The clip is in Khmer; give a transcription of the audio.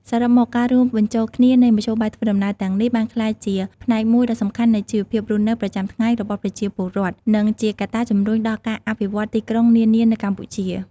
សរុបមក ការរួមបញ្ចូលគ្នានៃមធ្យោបាយធ្វើដំណើរទាំងនេះ បានក្លាយជាផ្នែកមួយដ៏សំខាន់នៃជីវភាពរស់នៅប្រចាំថ្ងៃរបស់ប្រជាពលរដ្ឋ និងជាកត្តាជំរុញដល់ការអភិវឌ្ឍទីក្រុងនានានៅកម្ពុជា។